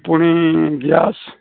ପୁଣି ଗ୍ୟାସ